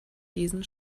diesen